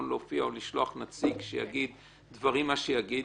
להופיע או לשלוח נציג שיגיד מה שיגיד,